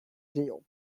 deal